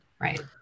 Right